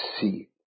see